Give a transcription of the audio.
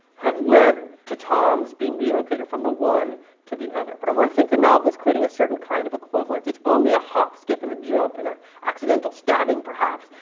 have led to tom's being relocated from the one to the other. but i want to think the novel is creating a certain kind of equivalent. it's only a hop, skip and a jump and an ah accidental stabbing perhaps,